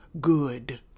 good